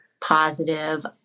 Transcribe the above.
positive